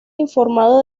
informado